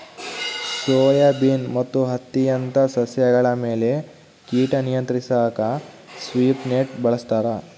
soybean ಮತ್ತು ಹತ್ತಿಯಂತ ಸಸ್ಯಗಳ ಮೇಲೆ ಕೀಟ ನಿಯಂತ್ರಿಸಾಕ ಸ್ವೀಪ್ ನೆಟ್ ಬಳಸ್ತಾರ